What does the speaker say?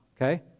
okay